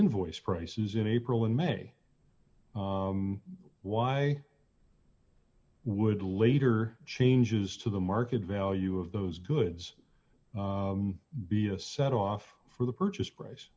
invoice prices in april in may why would later changes to the market value of those goods be a set off for the purchase price